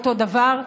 אותו דבר,